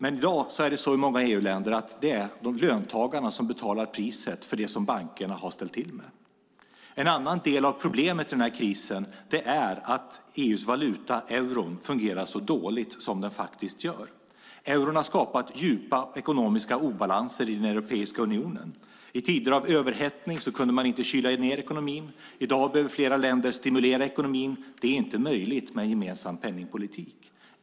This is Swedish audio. I dag är det i många EU-länder löntagarna som betalar priset för det som bankerna har ställt till med. En annan del av problemet är att EU:s valuta, euron, fungerar så dåligt som den faktiskt gör. Euron har skapat djupa ekonomiska obalanser i Europeiska unionen. I tider av överhettning kunde man inte kyla ned ekonomin. I dag behöver flera länder stimulera ekonomin. Det är inte möjligt med en gemensam penningpolitik.